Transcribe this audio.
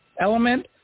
element